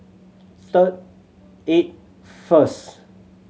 third eight first